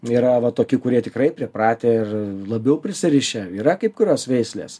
yra va tokių kurie tikrai pripratę ir labiau prisirišę yra kai kurios veislės